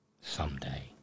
Someday